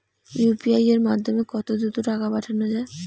UPI এর মাধ্যমে কত দ্রুত টাকা পাঠানো যায়?